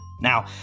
Now